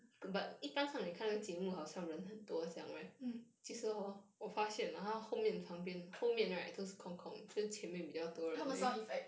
mm 他们 sound effect